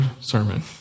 sermon